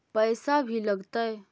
पैसा भी लगतय?